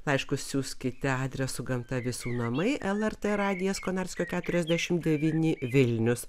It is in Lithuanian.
laiškus siųskite adresu gamta visų namai lrt radijas konarskio keturiasdešimt devyni vilnius